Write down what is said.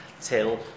till